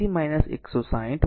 તેથી 160 વોટ